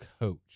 coach